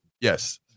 yes